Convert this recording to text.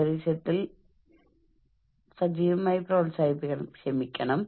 അനാവശ്യ പേപ്പറുകൾ ഉപയോഗിക്കുക